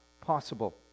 possible